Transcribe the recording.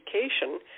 education